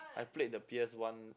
I played the p_s one